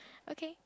okay